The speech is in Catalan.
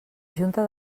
junta